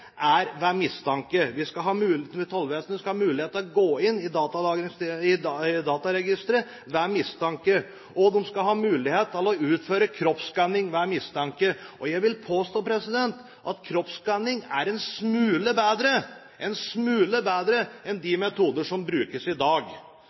ved mistanke. Tollvesenet skal ha mulighet til å gå inn i dataregisteret ved mistanke, og de skal ha mulighet til å utføre kroppsskanning ved mistanke. Jeg vil påstå at kroppsskanning er en smule bedre enn